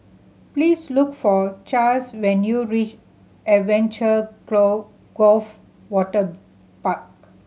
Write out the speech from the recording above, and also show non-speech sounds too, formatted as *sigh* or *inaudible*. please look for Chas when you reach Adventure *unintelligible* Cove Waterpark